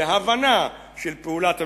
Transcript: והבנה של פעולת הממשלה,